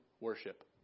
worship